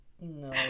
no